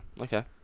okay